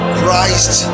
Christ